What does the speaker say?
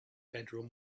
bedroom